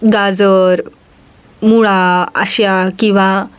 गाजर मुळा अशा किंवा